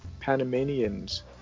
Panamanians